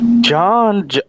John